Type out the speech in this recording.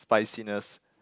spiciness